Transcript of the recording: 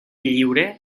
lliure